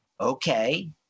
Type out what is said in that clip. Okay